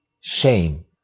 shame